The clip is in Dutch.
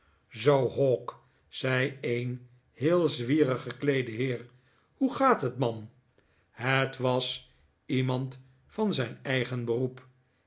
zoo hawk zei een heel zwierig gekleede heer hoe gaat het man het was iemand van zijn eigen beroep